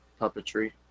puppetry